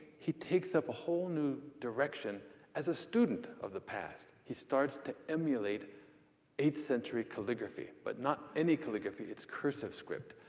he takes up a whole new direction as a student of the past. he starts to emulate eighth-century calligraphy, but not any calligraphy it's cursive script.